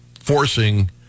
forcing